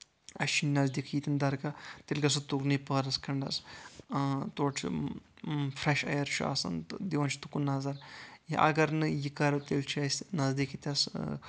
اَسہِ چُھ نزدیٖکۍ ییٚتٮ۪ن درگاہ تیٚلہِ گژھو تُکنوے پہرَس کھنٛڈس تورٕ چُھ فریٚش ایٚر چُھ آسان تہٕ دِوان چھِ تُکُن نظر یا اَگر نہٕ یہِ کَرو تیٚلہِ چُھ أسۍ نزدِیٖک ییٚتھس